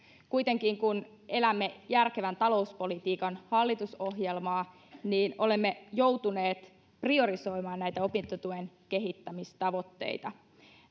kuitenkin kun elämme järkevän talouspolitiikan hallitusohjelmaa olemme joutuneet priorisoimaan näitä opintotuen kehittämistavoitteita